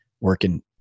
working